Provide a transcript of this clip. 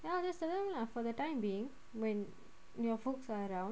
then I'll just tell them lah for the time being when your folks are round